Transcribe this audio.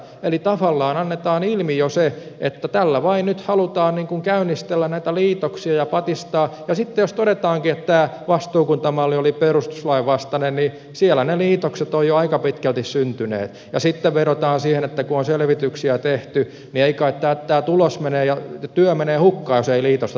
eli tavallaan annetaan ilmi jo se että tällä vain nyt halutaan käynnistellä näitä liitoksia ja patistaa ja sitten jos todetaankin että tämä vastuukuntamalli oli perustuslain vastainen siellä ne liitokset ovat jo aika pitkälti syntyneet ja sitten vedotaan siihen että kun on selvityksiä tehty niin eivät kai tämä tulos ja työ mene hukkaan jos ei liitosta tehdä